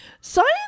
Science